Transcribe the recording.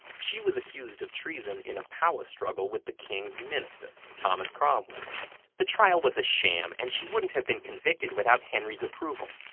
she was accused of treason in a power struggle with the king's minister, thomas cromwell. prosecutor the trial was a sham and she wouldn't have been convicted without henry's approval.